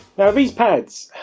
now these pads,